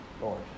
Lord